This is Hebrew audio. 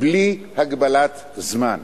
בלי הגבלת זמן.